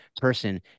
person